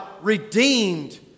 redeemed